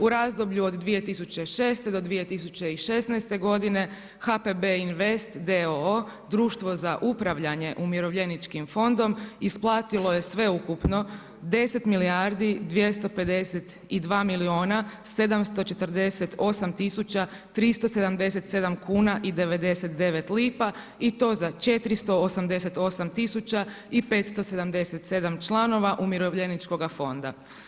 U razdoblju od 2006. do 2016. godine HPB invest d.o.o, društvo za upravljanje umirovljeničkim fondom isplatilo je sveukupno 10 milijardi, 252 milijuna 748 tisuća 377 kuna i 99 lipa i to za 488 tisuća i 577 članova Umirovljeničkoga fonda.